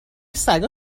سگا